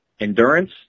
endurance